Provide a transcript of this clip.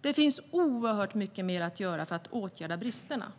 Det finns oerhört mycket mer att göra för att åtgärda bristerna.